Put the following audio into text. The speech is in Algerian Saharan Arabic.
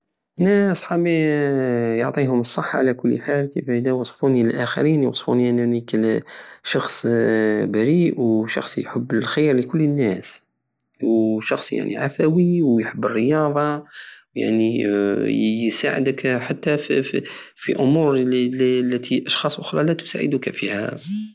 انا صحابي يعطيهم الصحة على كل حال كيفاه- ادا وصفوني للاخرين يوصفوني انني ك- شخص بريئ وشخص يحب الخير لكل الناس وشخص عفوي ويحب الرياضة يعني يساعدك حتى فف- في امور الي الي- التي اشخاص اخرى لاتساعدك فيها